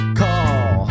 call